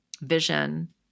vision